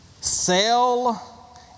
sell